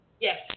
Yes